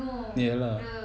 ya lah